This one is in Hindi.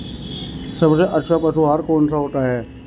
सबसे अच्छा पशु आहार कौन सा होता है?